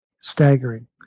staggering